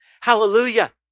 Hallelujah